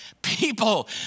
People